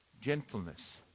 Gentleness